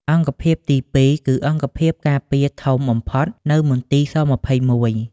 អង្គភាពទី ២ គឺអង្គភាពការពារធំបំផុត នៅមន្ទីរស-២១។